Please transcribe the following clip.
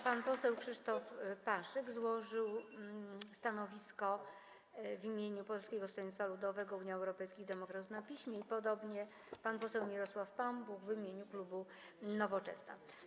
Pan poseł Krzysztof Paszyk złożył stanowisko w imieniu Polskiego Stronnictwa Ludowego - Unii Europejskich Demokratów na piśmie, podobnie pan poseł Mirosław Pampuch w imieniu klubu Nowoczesna.